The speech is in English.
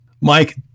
Mike